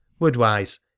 Woodwise